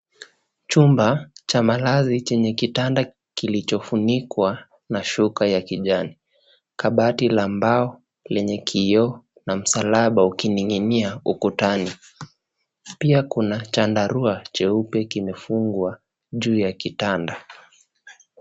Chumba cha malazi chenye kitanda kilichofunikwa, na shuka ya kijani. Kabati la mbao lenye kioo na msalaba ukininginia ukutani. Pia Kuna chandarua cheupe kimefungwa juu ya kitanda.